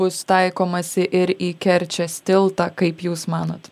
bus taikomasi ir į kerčės tiltą kaip jūs manot